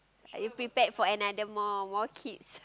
are you prepared for another more more kids